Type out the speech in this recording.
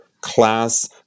class